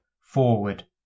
forward